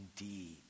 indeed